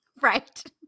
Right